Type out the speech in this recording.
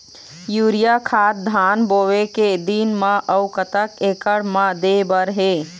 Urea खाद धान बोवे के दिन म अऊ कतक एकड़ मे दे बर हे?